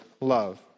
love